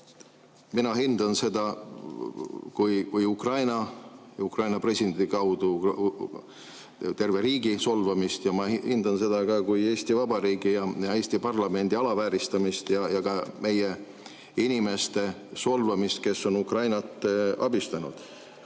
Mina hindan seda kui Ukraina presidendi kaudu terve riigi solvamist ja ma hindan seda ka kui Eesti Vabariigi ja Eesti parlamendi alavääristamist ja ka meie inimeste solvamist, kes on Ukrainat abistanud.